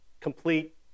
complete